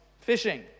fishing